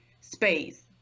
space